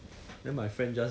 what about the err ah